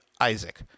Isaac